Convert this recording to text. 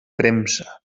premsa